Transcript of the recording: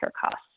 costs